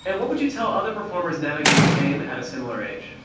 and what would you tell other performers navigating fame at a similar age?